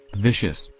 vicious,